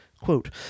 quote